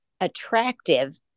attractive